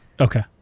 Okay